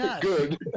good